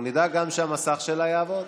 אנחנו נדאג גם שהמסך שלה יעבוד.